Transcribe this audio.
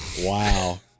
Wow